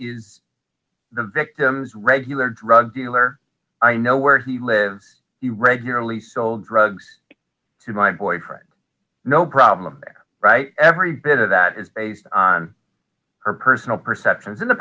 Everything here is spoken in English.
and the victim's regular drug dealer i know where he lives he regularly sold drugs and my boyfriend no problem there right every bit of that is based on our personal perception in the